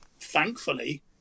thankfully